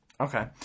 Okay